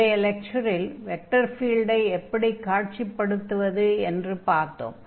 முந்தைய லெக்சரில் வெக்டர் ஃபீல்டை எப்படி காட்சிப்படுத்துவது என்று பார்த்தோம்